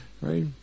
right